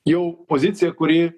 jau pozicija kuri